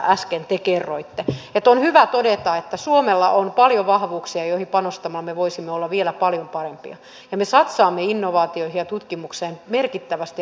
on hyvä todeta että suomella on paljon vahvuuksia joihin panostamalla me voisimme olla vielä paljon parempia ja me satsaamme innovaatioihin ja tutkimukseen merkittävästi rahaa